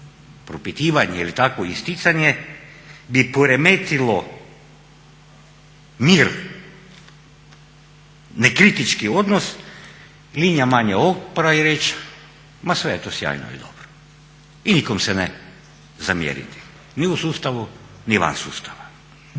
propitivanje ili takvo isticanje bi poremetilo mir, nekritički odnos, linija manjeg otpora i reći ma sve je to sjajno i dobro i nikom se ne zamjeriti ni u sustavu ni van sustava.